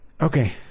okay